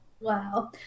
wow